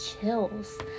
chills